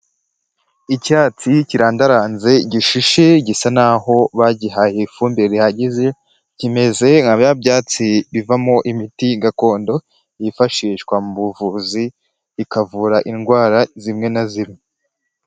Icyatsi kirandaranze gishishe gisa n'aho bagihaye ifumbire rihagije kimeze nka bya byatsi bivamo imiti gakondo yifashishwa mu buvuzi ikavura indwara zimwe na zimwe.